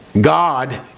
God